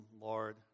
Lord